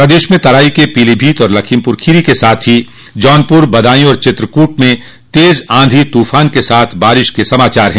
प्रदेश में तराई के पीलीभीत और लखीमपुर खीरी के साथ ही जौनपुर बदायूं आर चित्रकूट में तेज आंधी तूफान के साथ बारिश के समाचार मिले हैं